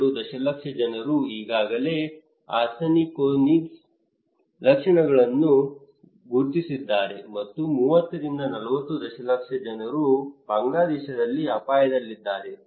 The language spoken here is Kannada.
2 ದಶಲಕ್ಷ ಜನರು ಈಗಾಗಲೇ ಆರ್ಸೆನಿಕೋಸಿಸ್ನ ಲಕ್ಷಣಗಳನ್ನು ಗುರುತಿಸಿದ್ದಾರೆ ಮತ್ತು 30 ರಿಂದ 40 ದಶಲಕ್ಷ ಜನರು ಬಾಂಗ್ಲಾದೇಶದಲ್ಲಿ ಅಪಾಯದಲ್ಲಿದ್ದಾರೆ